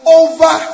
over